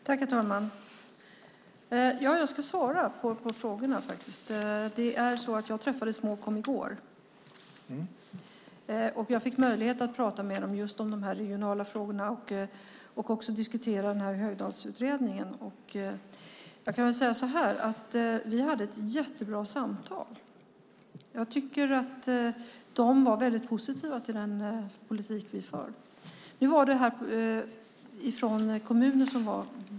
Herr talman! Jag ska svara på frågorna. Jag träffade representanter för Småkom i går. Jag fick möjlighet att prata med dem om de regionala frågorna och diskutera Högdahlsutredningen. Vi hade ett bra samtal. Jag tycker att de var positiva till den politik vi för. Nu kom de från små kommuner.